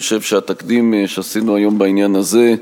אני חושב שהתקדים שעשינו היום בעניין הזה,